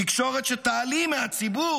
תקשורת שתעלים מהציבור